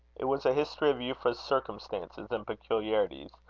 it was a history of euphra's circumstances and peculiarities,